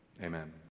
amen